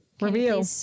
reveal